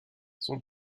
son